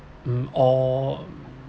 mm or